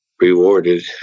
rewarded